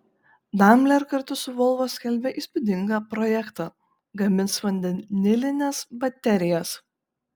daimler kartu su volvo skelbia įspūdingą projektą gamins vandenilines baterijas